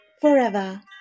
forever